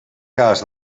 cas